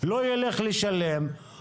אני מחליפה את אורית